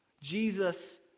Jesus